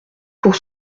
pour